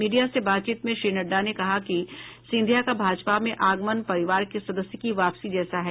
media से बातचीत में श्री नड्डा ने कहा कि सिंधिया का भाजपा में आगमन परिवार के सदस्य की वापसी जैसा है